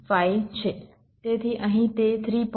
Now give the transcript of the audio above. તેથી અહીં તે 3